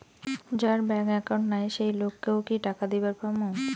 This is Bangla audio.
যার ব্যাংক একাউন্ট নাই সেই লোক কে ও কি টাকা দিবার পামু?